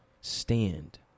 stand